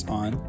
on